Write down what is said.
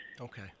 Okay